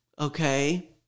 Okay